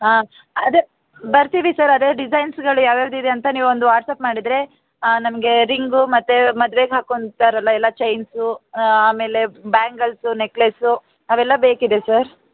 ಹಾಂ ಅದೆ ಬರ್ತೀವಿ ಸರ್ ಅದೆ ಡಿಸೈನ್ಸ್ಗಳು ಯಾವ್ಯಾವ್ದು ಇದೆ ಅಂತ ನೀವೊಂದು ವಾಟ್ಸಾಪ್ ಮಾಡಿದರೆ ನಮಗೆ ರಿಂಗು ಮತ್ತು ಮದ್ವೆಗೆ ಹಾಕೋತ್ತಾರಲಾ ಎಲ್ಲ ಚೈನ್ಸು ಆಮೇಲೆ ಬ್ಯಾಂಗಲ್ಸು ನೆಕ್ಲೇಸು ಅವೆಲ್ಲ ಬೇಕಿದೆ ಸರ್